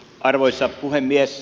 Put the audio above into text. arvoisa puhemies